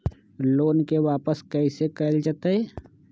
Loan के वापस कैसे कैल जतय?